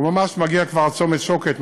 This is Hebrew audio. הוא ממש מגיע כבר עד צומת שוקת,